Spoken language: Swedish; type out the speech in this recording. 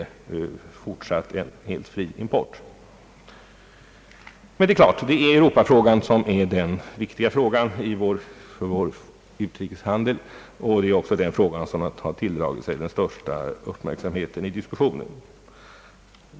Det är emellertid Europafrågan som är den viktigaste för vår utrikeshandel. Det är också den frågan som tilldragit sig den största uppmärksamheten i diskussionen.